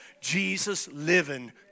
Jesus-living